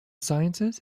sciences